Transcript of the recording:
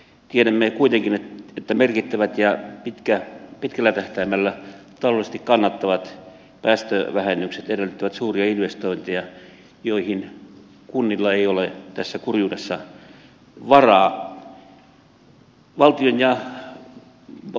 tiedämme kuitenkin että merkittävät ja pitkällä tähtäimellä taloudellisesti kannattavat päästövähennykset edellyttävät suuria investointeja joihin kunnilla ei ole tässä kurjuudessa varaa